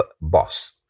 boss